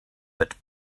but